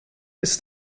ist